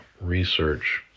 research